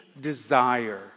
desire